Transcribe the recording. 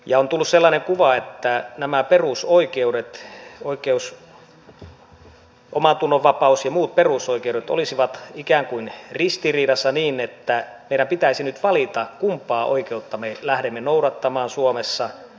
on tullut sellainen kuva että nämä perusoikeudet omantunnonvapaus ja muut perusoikeudet olisivat ikään kuin ristiriidassa niin että meidän pitäisi nyt valita kumpaa oikeutta me lähdemme noudattamaan suomessa